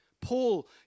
Paul